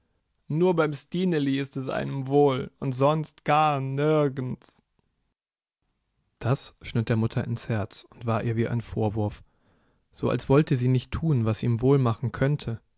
nur beim stineli ist es einem wohl und sonst gar nirgends das schnitt der mutter ins herz und war ihr wie ein vorwurf so als wollte sie nicht tun was ihm wohlmachen könnte